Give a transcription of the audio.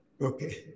Okay